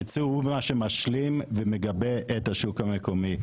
הייצוא הוא מה שמשלים ומגבה את השוק המקומי.